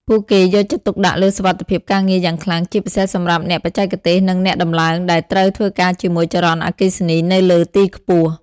ពួកគេយកចិត្តទុកដាក់លើសុវត្ថិភាពការងារយ៉ាងខ្លាំង ជាពិសេសសម្រាប់អ្នកបច្ចេកទេស និងអ្នកដំឡើង ដែលត្រូវធ្វើការជាមួយចរន្តអគ្គិសនីនៅលើទីខ្ពស់។